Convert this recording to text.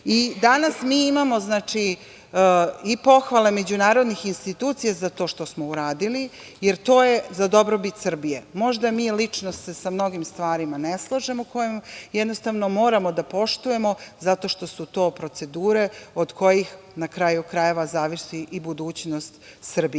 mi imamo i pohvale međunarodnih institucija za to što smo uradili, jer to je za dobrobit Srbije. Možda se mi lično sa mnogim stvarima ne slažemo, koje jednostavno moramo da poštujemo zato što su to procedure od kojih, na kraju krajeva, zavisi i budućnost Srbije. Mislim